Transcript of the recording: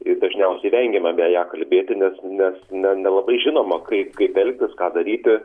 ir dažniausiai vengiama apie ją kalbėti nes nes ne nelabai žinoma kaip kaip elgtis ką daryti